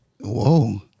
Whoa